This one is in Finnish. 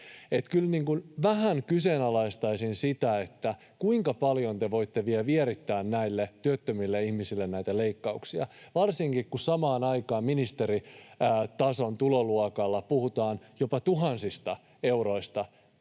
kyllä vähän kyseenalaistaisin sitä, kuinka paljon te voitte vielä vierittää näille työttömille ihmisille näitä leikkauksia, varsinkin kun samaan aikaan ministeritason tuloluokassa puhutaan jopa tuhansien eurojen veronkevennyksistä